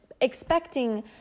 expecting